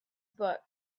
book